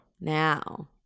Now